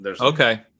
Okay